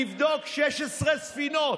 לבדוק 16 ספינות.